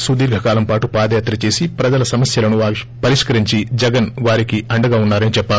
సుధీర్ణ కాలం పాటు పాదయాత్ర చేసి ప్రజల సమస్యలను పరిష్కరించి జగన్ వారికి అండగా ఉన్నా రని చెప్పారు